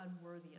unworthy